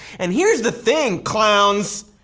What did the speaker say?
and here's the thing, clowns.